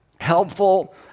helpful